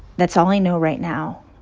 that's all i know right now.